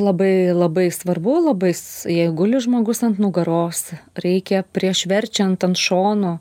labai labai svarbu labai s jei guli žmogus ant nugaros reikia prieš verčiant ant šono